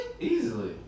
Easily